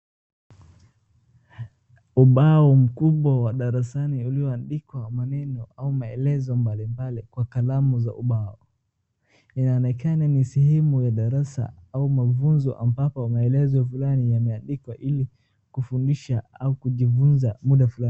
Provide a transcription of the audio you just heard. Ubao mkubwa wa darasani ulioandikwa maneno au maelezo mbalimbali kwa kalamu za ubao. Inaonekana ni sehemu ya darasa au mafunzo ambapo maelezo fulani yameandikwa ili kufundisha au kujifunza muda fulani.